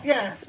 Yes